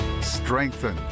strengthen